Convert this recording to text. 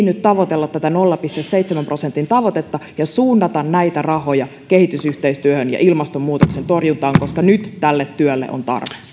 tavoittele tätä nolla pilkku seitsemän prosentin tavoitetta ja suuntaa näitä rahoja kehitysyhteistyöhön ja ilmastonmuutoksen torjuntaan koska nyt tälle työlle on